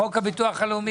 חוק הביטוח הלאומי?